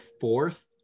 fourth